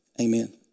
amen